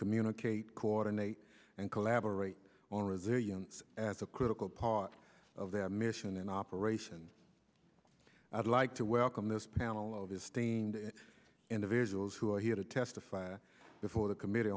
communicate coordinate and collaborate on resilience as a critical part of their mission in operation i'd like to welcome this panel of esteemed individuals who are here to testify before the committe